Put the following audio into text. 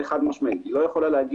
היא לא יכולה לומר: